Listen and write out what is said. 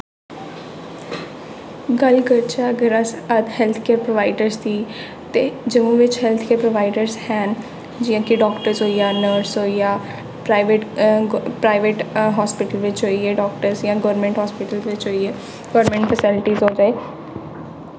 गल्ल करचै अगर अस हैल्थ केयर प्रोवाईडर्स दी ते जम्मू बिच्च हैल्थ केयर प्रोवाईडर्स हैन जियां कि डाक्टर होई गेआ नर्स होई गेआ प्राईवेट प्राईवेट हस्पिटल बिच्च होई गे डाक्टर्स जां गौरमैंट हस्पिटल बिच्च होई गे गौरमेंट फैसिलिटिस होई गे